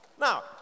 Now